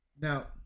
Now